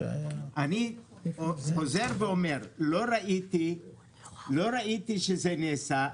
אני חוזר ואומר: לא ראיתי שזה נעשה,